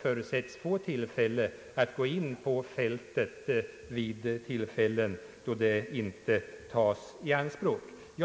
förutsättes få tillfälle att gå in på fältet vid tillfällen då det inte tas i anspråk för skjutning.